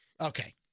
Okay